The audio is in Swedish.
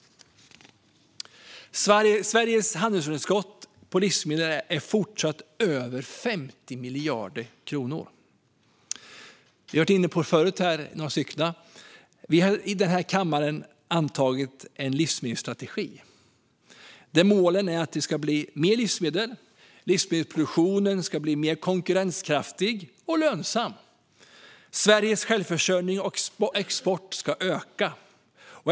Sveriges handelsunderskott på livsmedel är fortfarande över 50 miljarder kronor. Som några av oss varit inne på tidigare har vi i denna kammare antagit en livsmedelsstrategi, där målen är att det ska bli mer livsmedel och att livsmedelsproduktionen ska bli mer konkurrenskraftig och lönsam. Sveriges självförsörjning och export ska öka.